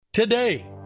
Today